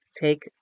Take